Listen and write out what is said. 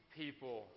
people